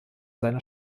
seiner